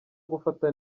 gufata